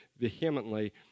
vehemently